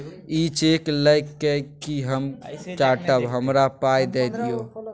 इ चैक लए कय कि हम चाटब? हमरा पाइ दए दियौ